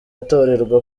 atorerwa